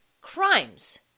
crimes